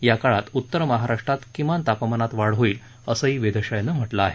या काळात उत्तर महाराष्ट्रात किमान तापमानात वाढ होईल असं वेधशाळेनं म्हटलं आहे